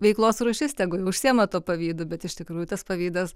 veiklos rūšis tegu jie užsiima tuo pavydu bet iš tikrųjų tas pavydas